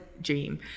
dream